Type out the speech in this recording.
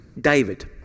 David